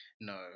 no